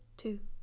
Two